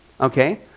okay